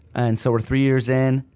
and so we're three years in,